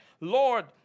Lord